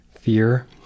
fear